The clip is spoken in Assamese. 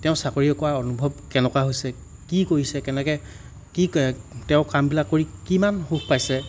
তেওঁ চাকৰি কৰা অনুভৱ কেনেকুৱা হৈছে কি কৰিছে কেনেকৈ কি তেওঁ কামবিলাক কৰি কিমান সুখ পাইছে